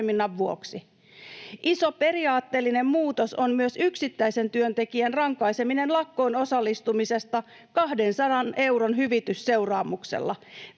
Iso periaatteellinen muutos on myös yksittäisen työntekijän rankaiseminen lakkoon osallistumisesta 200 euron hyvitysseuraamuksella.